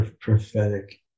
prophetic